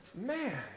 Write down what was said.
man